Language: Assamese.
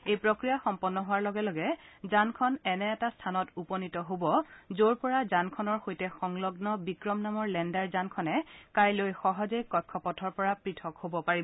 এই প্ৰক্ৰিয়া সম্পন্ন হোৱাৰ লগে লগে যানখন এনে এটা স্থানত উপনীত হ'ব য'ত পৰা যানখনৰ সৈতে সংলগ্ন বিক্ৰম নামৰ লেণ্ডাৰ যানখনে কাইলৈ সহজেই কক্ষপথৰ পৰা পৃথক হব পাৰিব